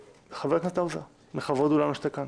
חבר הכנסת האוזר, לכבוד הוא לנו שאתה כאן.